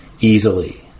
easily